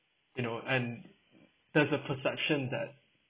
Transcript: you know and there's a perception that